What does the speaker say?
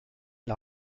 l’a